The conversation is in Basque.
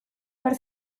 behar